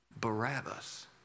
Barabbas